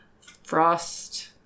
frost